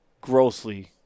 grossly